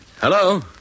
Hello